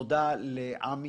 תודה לעמי,